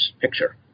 picture